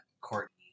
Courtney